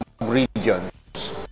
regions